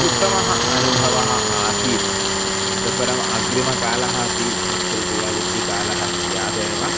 उत्तमः अनुभवः आसीत् इतःपरम् अग्रिमकालः अपि वर्चुवल् रियालिटिकालः स्यादेव